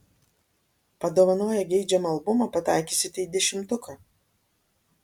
padovanoję geidžiamą albumą pataikysite į dešimtuką